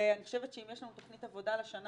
ואני חושבת שאם יש לנו תכנית עבודה לשנה